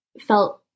felt